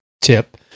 tip